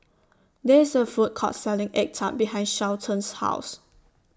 There IS A Food Court Selling Egg Tart behind Shelton's House